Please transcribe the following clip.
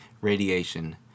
radiation